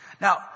Now